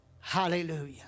Hallelujah